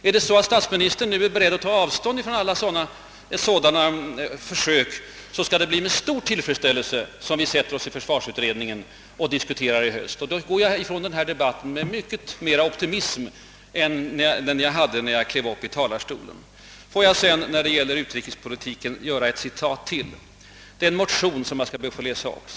Om statsministern är beredd att ta avstånd från alla sådana försök, skall det bli med stor tillfredsställelse som vi sätter oss i försvarsutredningen och diskuterar i höst. Då går jag ifrån denna debatt med mycket mera optimism än jag hade när jag klev upp i talarstolen. Får jag sedan när det gäller utrikespolitiken anföra ytterligare ett citat.